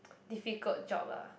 difficult job ah